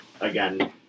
again